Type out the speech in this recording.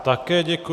Také děkuji.